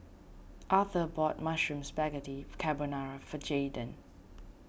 Arther bought Mushroom Spaghetti Carbonara for Jaydan